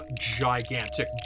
gigantic